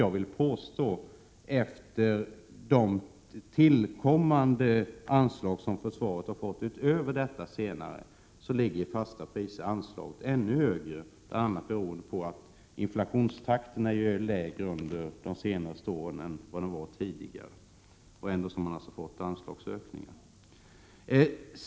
Jag vill påstå att anslaget, efter de tillkommande anslag som försvaret har fått utöver detta senast redovisade, i fasta priser ligger ännu högre, bl.a. beroende på att inflationstakten ju varit lägre under de senaste åren än vad den var tidigare. Man har alltså fått anslagsökningar.